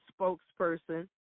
spokesperson